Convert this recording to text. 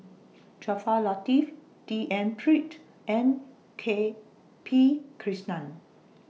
Jaafar Latiff D N Pritt and K P Krishnan